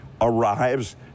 arrives